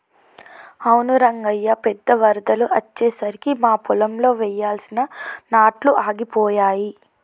అవును రంగయ్య పెద్ద వరదలు అచ్చెసరికి మా పొలంలో వెయ్యాల్సిన నాట్లు ఆగిపోయాయి